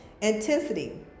Intensity